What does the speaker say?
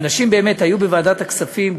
אנשים באמת היו בוועדת הכספים,